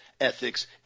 ethics